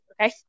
Okay